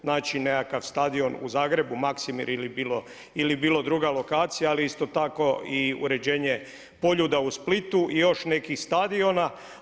Znači nekakav stadion u zagrebu, Maksimir ili druga lokacija ali isto tako i uređenje Poljuda i Splitu i još nekih stadiona.